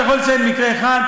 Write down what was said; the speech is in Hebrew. אתה יכול לציין מקרה אחד?